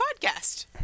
podcast